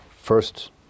First